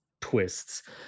twists